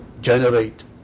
generate